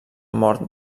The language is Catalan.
mort